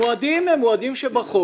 המועדים הם מועדים שבחוק.